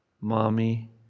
mommy